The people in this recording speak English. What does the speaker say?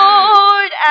Lord